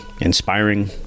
inspiring